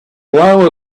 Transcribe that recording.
blow